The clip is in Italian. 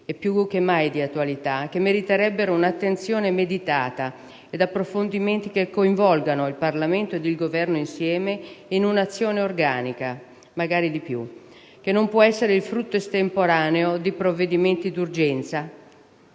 e più che mai di attualità, che meriterebbero un'attenzione meditata ed approfondimenti che coinvolgessero il Parlamento ed il Governo insieme in un'azione organica, che non può essere il frutto estemporaneo di provvedimenti di urgenza.